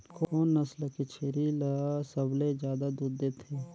कोन नस्ल के छेरी ल सबले ज्यादा दूध देथे?